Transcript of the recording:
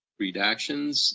redactions